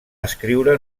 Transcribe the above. escriure